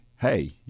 hey